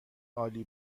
عالی